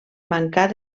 mancar